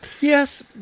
Yes